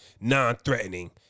non-threatening